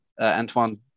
Antoine